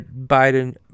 Biden